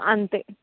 అంతే